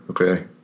okay